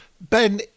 Ben